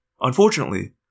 Unfortunately